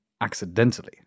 accidentally